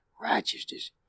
righteousness